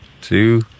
two